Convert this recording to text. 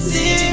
See